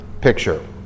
picture